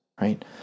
right